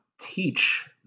teach